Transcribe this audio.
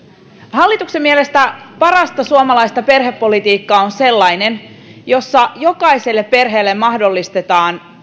hallituksen mielestä parasta suomalaista perhepolitiikkaa on sellainen jossa jokaiselle perheelle mahdollistetaan